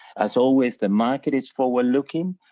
as always the market is forward-looking,